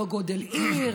לא גודל עיר,